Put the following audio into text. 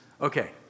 Okay